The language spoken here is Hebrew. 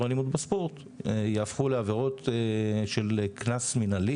אלימות בספורט יהפכו לעבירות של קנס מנהלי